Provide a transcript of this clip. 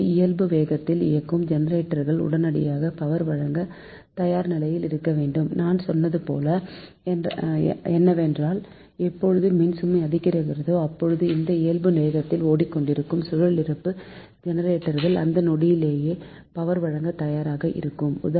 இதற்கு இயல்பு வேகத்தில் இயங்கும் ஜெனெரேட்டர்ஸ் உடனடியாக பவர் வழங்க தயார்நிலையில் இருக்கவேண்டும் நான் சொல்வது என்னவெனில் எப்போது மின்சுமை அதிகரிக்கிறதோ அப்போது இந்த இயல்பு வேகத்தில் ஓடிக்கொண்டிருக்கும் சுழல் இருப்பு ஜெனெரேட்டர் அந்த நொடியிலேயே பவர் வழங்க தயாராக இருக்கவேண்டும்